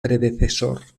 predecesor